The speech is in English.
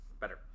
Better